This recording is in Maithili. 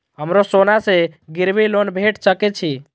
हमरो सोना से गिरबी लोन भेट सके छे?